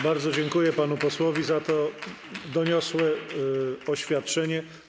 Bardzo dziękuję panu posłowi za to doniosłe oświadczenie.